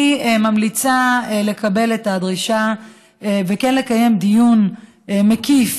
אני ממליצה לקבל את הדרישה וכן לקיים דיון מקיף.